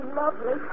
lovely